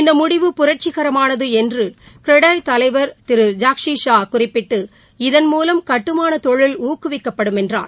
இந்த முடிவு புரட்சிகரமானது என்று க்ரெடாய் தலைவர் திரு ஜாக்ஷி ஷா குறிப்பிட்டு இதன் மூலம் கட்டுமான தொழில் ஊக்குவிக்கப்படும் என்றார்